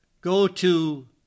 go-to